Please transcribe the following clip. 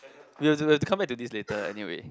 we will we will have to come back to this later anyway